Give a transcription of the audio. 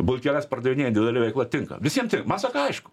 bulkeles pardavinėja individuali veikla tinka visiem tin ma saka aišku